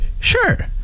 Sure